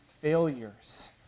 failures